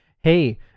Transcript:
hey